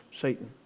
Satan